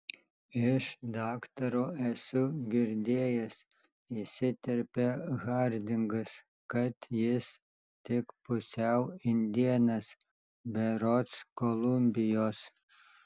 iš daktaro esu girdėjęs įsiterpia hardingas kad jis tik pusiau indėnas berods kolumbijos